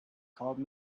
called